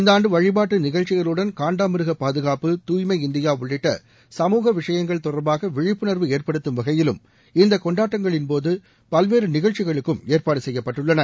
இந்தான்டு வழிபாட்டு நிகழ்ச்சிகளுடன் காண்டாமிருக பாதுகாப்பு தூய்மை இந்தியா உள்ளிட்ட சமூக விஷயங்கள் தொடர்பாக விழிப்புணா்வு ஏற்படுத்தம் வகையிலும் இந்த கொண்டாட்டங்களின்போது பல்வேறு நிகழ்ச்சிகளுக்கு ஏற்பாடு செய்யப்பட்டுள்ளன